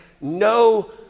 no